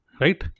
Right